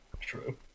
true